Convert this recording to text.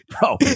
bro